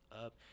up